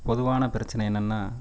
பொதுவான பிரச்சனை என்னான்னா